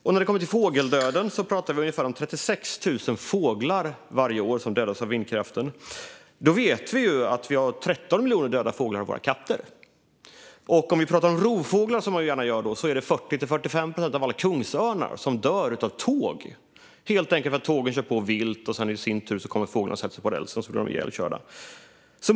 När det kommer till fågeldöden pratar vi om att ungefär 36 000 fåglar dödas av vindkraften varje år. Vi vet också att 13 miljoner fåglar dödas av våra katter. Och om vi pratar om rovfåglar, vilket man gärna gör, vet vi att 40-45 procent av alla kungsörnar dödas av tåg, helt enkelt därför att tågen kör på vilt. Då kommer fåglarna och sätter sig på rälsen och blir ihjälkörda.